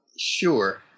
sure